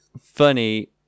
funny